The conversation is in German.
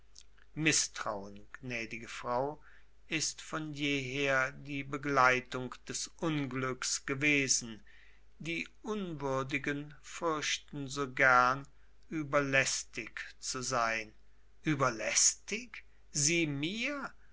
mißtrauen gnädige frau ist von jeher die begleitung des unglücks gewesen die unwürdigen fürchten so gern überlästig zu sein überlästig sie mir